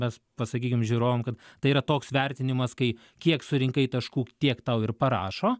mes pasakykim žiūrovam kad tai yra toks vertinimas kai kiek surinkai taškų tiek tau ir parašo